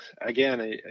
again